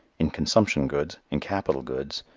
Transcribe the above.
in consumption goods, in capital goods,